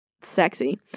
sexy